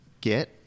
get